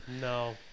No